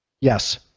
Yes